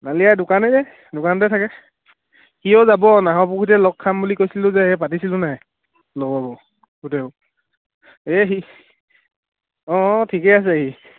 নালিয়ে দোকান যে দোকানতে থাকে সিও যাব নাহৰপুখুৰীতে লগ খাম বুলি কৈছিলোঁ যে সেই পাতিছিলোঁ নাই লগ হ'ব গোটেইবোৰ এই সি অঁ ঠিকে আছে সি